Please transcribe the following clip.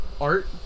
art